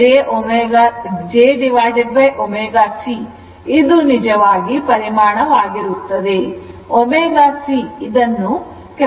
ω C ಇದನ್ನು capacitive reactance ಎಂದು ಕರೆಯುತ್ತಾರೆ